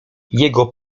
jego